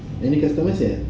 any customers yet